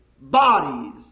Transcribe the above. bodies